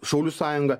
šaulių sąjungą